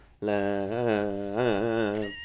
love